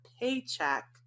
paycheck